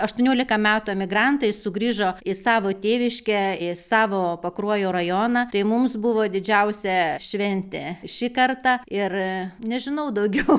aštuoniolika metų emigrantai sugrįžo į savo tėviškę į savo pakruojo rajoną tai mums buvo didžiausia šventė šį kartą ir nežinau daugiau